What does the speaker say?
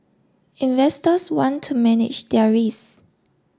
investors want to manage their risk